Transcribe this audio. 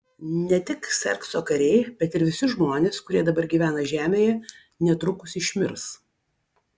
ne tik kserkso kariai bet ir visi žmonės kurie dabar žemėje gyvena netrukus išmirs